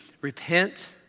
repent